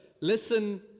Listen